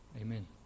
Amen